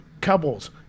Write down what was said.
Couples